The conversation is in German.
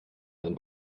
dann